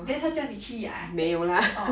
then 他叫你去啊